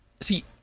see